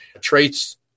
traits